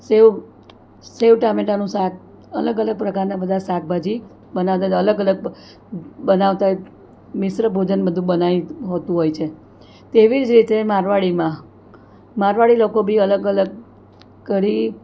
સેવ સેવ ટામેટાંનું શાક અલગ અલગ પ્રકારના બધા શાકભાજી બનાવતા અલગ અલગ બનાવતા હોય મિશ્ર ભોજન બધું બનાવી હોતું હોય છે તેવી જ રીતે મારવાડીમાં મારવાડી લોકો બી અલગ અલગ કરી